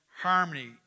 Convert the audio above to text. harmony